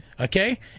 Okay